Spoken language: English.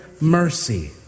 mercy